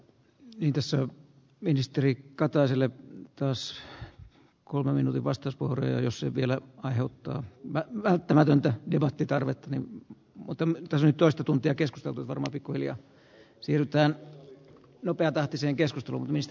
idässä ministeri kataiselle taas kolmannen vastus puhuria jos se vielä aiheuttaa mä välttämätöntä kohti tarvetta mutta tosin toista tuntia keskusteluun varmasti kulutuskyky romahtaa saman tien